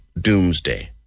Doomsday